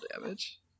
damage